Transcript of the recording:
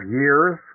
years